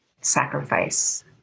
sacrifice